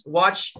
watch